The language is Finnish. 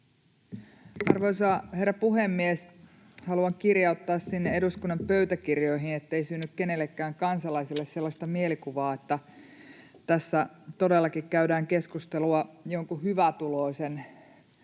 Arvoisa herra puhemies! Haluan kirjauttaa sinne eduskunnan pöytäkirjoihin, ettei synny kenellekään kansalaiselle sellaista mielikuvaa, että tässä todellakin käydään keskustelua jonkun hyvätuloisen